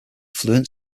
fluent